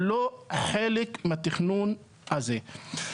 לא חלק מהתכנון הזה.